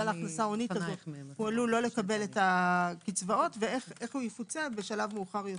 את הקצבאות, ואיך יפוצה בשלב מאוחר יותר,